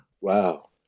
Wow